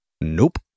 Nope